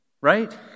right